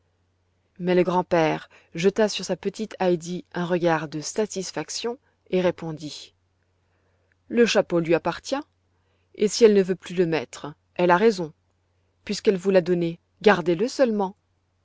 mais le grand-père jeta sur sa petite heidi un regard de satisfaction et répondit le chapeau lui appartient et si elle ne veut plus le mettre elle a raison puisqu'elle vous l'a donné gardez-le seulement